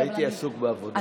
הייתי עסוק בעבודה.